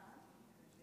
אינו נוכח.